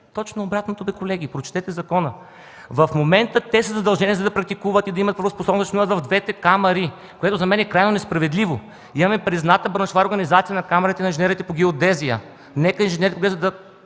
Точно обратното бе, колеги! Прочетете закона! В момента те са задължени, за да практикуват и да имат правоспособност, да членуват в двете камари, което за мен е крайно несправедливо. Има призната браншова организация – Камарата на инженерите по геодезия. Нека те свободно да